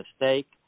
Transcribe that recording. mistake